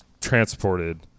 transported